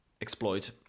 Exploit